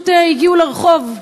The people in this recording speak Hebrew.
ופשוט הגיעו לרחוב.